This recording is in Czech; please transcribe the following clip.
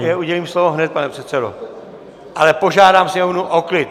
Já vám udělím slovo hned, pane předsedo, ale požádám Sněmovnu o klid!